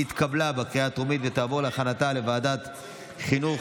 התקבלה בקריאה הטרומית ותעבור להכנתה לוועדת החינוך,